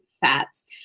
fats